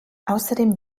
außerdem